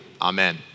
Amen